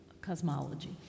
cosmology